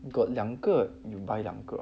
got 两个 buy 两个